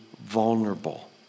vulnerable